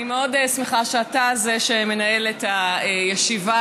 אני מאוד שמחה שאתה זה שמנהל את הישיבה,